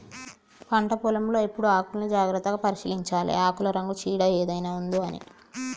పంట పొలం లో ఎప్పుడు ఆకుల్ని జాగ్రత్తగా పరిశీలించాలె ఆకుల రంగు చీడ ఏదైనా ఉందొ అని